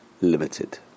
limited